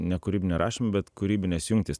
ne kūrybinio rašymo bet kūrybinės jungtys